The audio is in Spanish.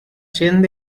salvador